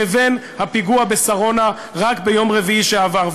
לבין הפיגוע בשרונה רק ביום רביעי שעבר.